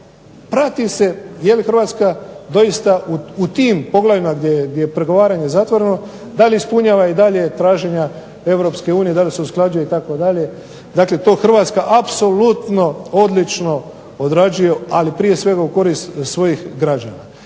Prati se jeli HRvatska doista u tim poglavljima gdje je pregovaranje zatvoreno da li ispunjava i dalje traženja EU da li se usklađuje itd. Dakle, to HRvatska apsolutno odlično odrađuje, ali prije svega u korist svojih građana.